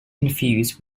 confused